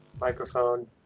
microphone